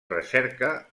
recerca